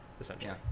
essentially